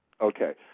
Okay